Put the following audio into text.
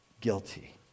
guilty